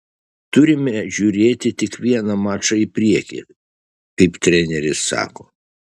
turime žiūrėti tik vieną mačą į priekį kaip treneris sako